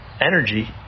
energy